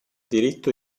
diritto